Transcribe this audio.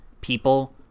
people